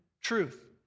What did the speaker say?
truth